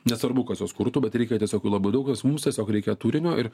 nesvarbu kas juos kurtų bet reikia tiesiog labai daug kas mums tiesiog reikia turinio ir